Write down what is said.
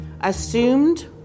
assumed